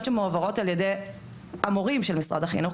שמועברות על ידי המורים של משרד החינוך,